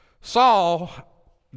Saul